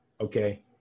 okay